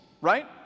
right